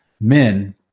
men